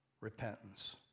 repentance